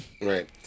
Right